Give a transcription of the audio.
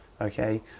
Okay